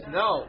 no